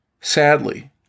Sadly